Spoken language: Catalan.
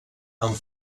amb